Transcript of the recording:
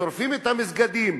שורפים את המסגדים,